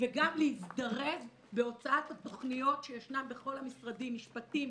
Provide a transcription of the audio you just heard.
וגם להזדרז בהוצאת התכניות שישנם בכל המשרדים: משפטים,